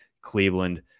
Cleveland